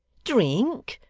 drink!